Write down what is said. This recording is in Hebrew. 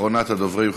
אחרונת הדוברים,